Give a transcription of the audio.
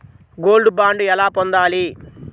Gold bond ఎలా పొందాలి?